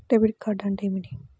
Debit card అంటే ఏమిటి?